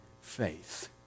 faith